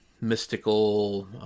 mystical